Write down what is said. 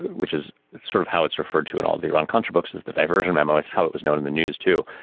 which is sort of how it's referred to in all the iran-contra books as the diversion memo. it's how it was known in the news, too.